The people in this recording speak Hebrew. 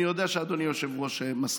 אני יודע שאדוני היושב-ראש מסכים.